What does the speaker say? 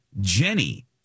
Jenny